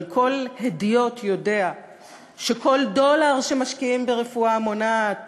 אבל כל הדיוט יודע שכל דולר שמשקיעים ברפואה מונעת